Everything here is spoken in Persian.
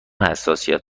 حساسیت